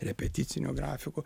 repeticiniu grafiku